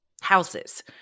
houses